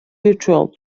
virtual